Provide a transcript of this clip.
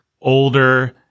older